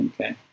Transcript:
Okay